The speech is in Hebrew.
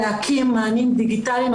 להקים מענים דיגיטליים,